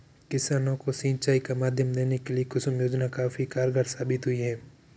किसानों को सिंचाई का माध्यम देने के लिए कुसुम योजना काफी कारगार साबित हुई है